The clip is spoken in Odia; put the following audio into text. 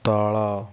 ତଳ